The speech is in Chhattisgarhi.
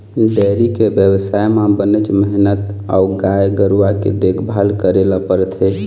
डेयरी के बेवसाय म बनेच मेहनत अउ गाय गरूवा के देखभाल करे ल परथे